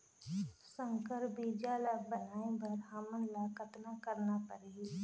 संकर बीजा ल बनाय बर हमन ल कतना करना परही?